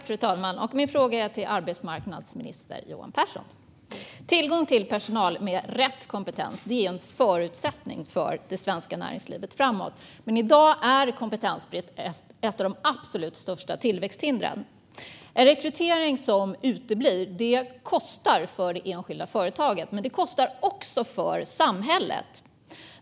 Fru talman! Min fråga går till arbetsmarknadsminister Johan Pehrson. Tillgång till personal med rätt kompetens är en förutsättning för det svenska näringslivet framöver. I dag är kompetensbrist dock ett av de absolut största tillväxthindren. En rekrytering som uteblir kostar för det enskilda företaget men också för samhället.